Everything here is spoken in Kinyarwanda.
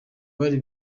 bari